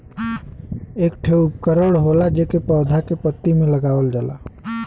एक ठे उपकरण होला जेके पौधा के पत्ती में लगावल जाला